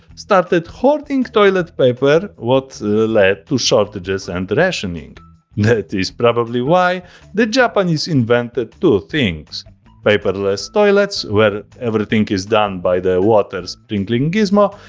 started hoarding toilet paper, what led to shortages and rationing that is probably why the japanese invented two things paperless toilets where everything is done by the water sprinkling gizmo,